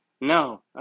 No